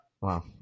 Wow